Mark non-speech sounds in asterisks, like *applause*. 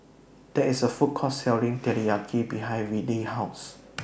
There IS A Food Court Selling Teriyaki behind Wiley's House *noise*